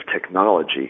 technology